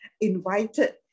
invited